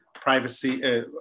privacy